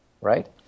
right